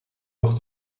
nog